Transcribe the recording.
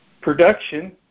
production